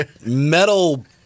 metal